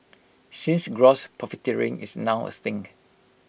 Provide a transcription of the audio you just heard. since gross profiteering is now A thing